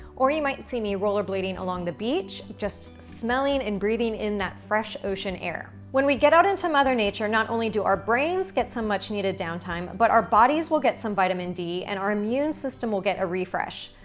or you might see me roller blading along the beach, just smelling and breathing in that fresh ocean air. when we get out into mother nature, not only do our brains get some much-needed downtime, but our bodies will get some vitamin d, and our immune system will get a refresh.